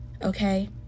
okay